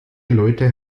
leute